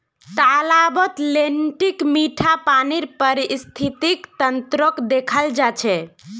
तालाबत लेन्टीक मीठा पानीर पारिस्थितिक तंत्रक देखाल जा छे